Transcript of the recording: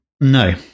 No